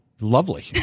Lovely